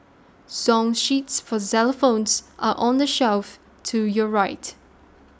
song sheets for xylophones are on the shelf to your right